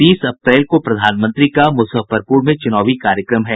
तीस अप्रैल को प्रधानमंत्री का मुजफ्फरपुर में चुनावी कार्यक्रम है